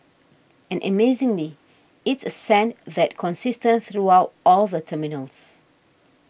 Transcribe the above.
and amazingly it's a scent that's consistent throughout all the terminals